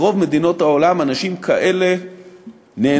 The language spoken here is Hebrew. ברוב מדינות העולם אנשים כאלה נענשים.